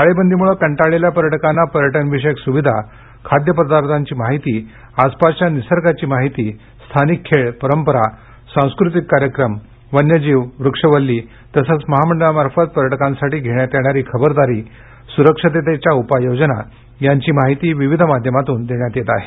टाळेबंदीमुळे कंटाळलेल्या पर्यटकांना पर्यटन विषयक सुविधा खाद्यपदार्थांची माहीती आसपासच्या निसर्गाची माहीती स्थानिक खेळ परंपरा सांस्कृतिक कार्यक्रम वन्यजीव वृक्षवल्ली तसंच महामंडळामार्फत पर्यटकांसाठी घेण्यात येणारी खबरदारी सुरक्षिततेच्या उपाययोजना यांची माहीती विविध माध्यमातून देण्यात येत आहे